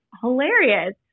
hilarious